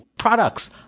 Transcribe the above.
products